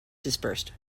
dispersed